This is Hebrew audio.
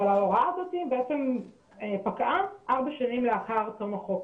אבל ההוראה הזאת פקעה ארבע שנים לאחר תום החוק.